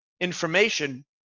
information